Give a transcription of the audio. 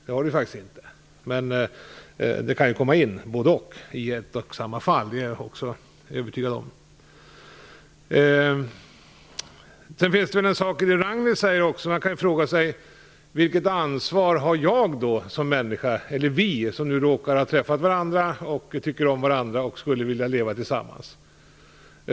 Men båda grunderna kan alltså gälla i ett och samma fall - det är jag också övertygad om. Jag skall ta upp något av det Ragnhild Pohanka sade. Vilket ansvar har vi som råkar ha träffat varandra, tycker om varandra och skulle vilja leva tillsammans?